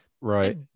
Right